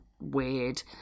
weird